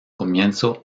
comienzo